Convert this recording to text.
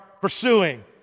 pursuing